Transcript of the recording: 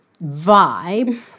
vibe